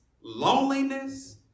loneliness